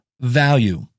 value